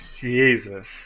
Jesus